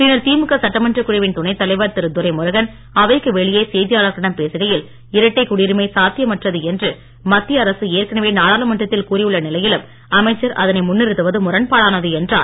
பின்னர் திமுக சட்டமன்றக் குழுவின் துணைத் தலைவர் திரு துரைமுருகன் அவைக்கு வெளியே செய்தியாளர்களிடம் பேசுகையில் இரட்டை குடியுரிமை சாத்தியமற்றது என்று மத்திய அரசு ஏற்கனவே நாடாளுமன்றத்தில் கூறியுள்ள நிலையிலும் அமைச்சர் அதனை முன்னிறுத்துவது முரண்பாடானது என்றார்